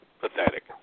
pathetic